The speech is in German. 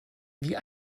wie